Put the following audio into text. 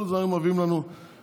כל הזמן היו מביאים לנו רפורמות